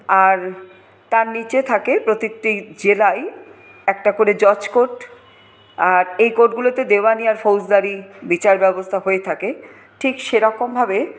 আর তার নিচে থাকে প্রতিটি জেলায় একটা করে জজ কোর্ট আর এই কোর্টগুলোতে দেওয়ানি আর ফৌজদারি বিচারব্যবস্থা হয়ে থাকে ঠিক সেরকমভাবে